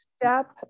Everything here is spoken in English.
step